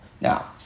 Now